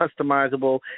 customizable